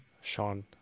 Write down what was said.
Sean